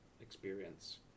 experience